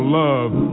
love